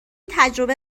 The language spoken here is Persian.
تجربه